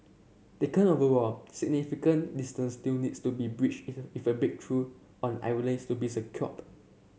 taken overall significant distance still needs to be bridged if a big breakthrough on Ireland is to be